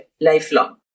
lifelong